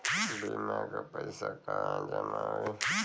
बीमा क पैसा कहाँ जमा होई?